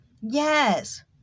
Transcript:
Yes